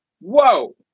Whoa